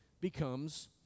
becomes